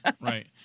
Right